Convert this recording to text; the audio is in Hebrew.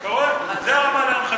אתה רואה, זו הרמה להנחתה.